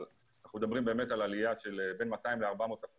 אבל אנחנו מדברים באמת על עלייה של בין 200% ל-400%,